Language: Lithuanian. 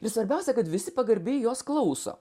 ir svarbiausia kad visi pagarbiai jos klauso